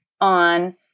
on